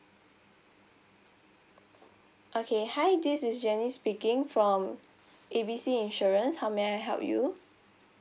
okay hi this is janice speaking from A B C insurance how may I help you